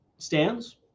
Stands